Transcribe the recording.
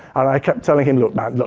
and i kept telling him look man, look.